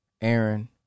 Aaron